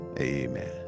Amen